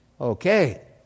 Okay